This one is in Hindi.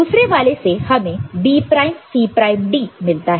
दूसरे वाले से हमें B prime C prime D मिलता है